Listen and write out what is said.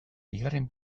bigarren